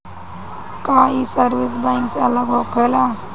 का ये service bank से अलग होला का?